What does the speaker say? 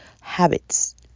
habits